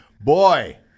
Boy